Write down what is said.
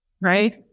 Right